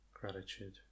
gratitude